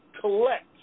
collect